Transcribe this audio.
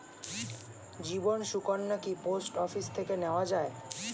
জীবন সুকন্যা কি post office থেকে নেওয়া যায়?